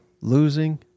losing